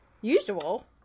usual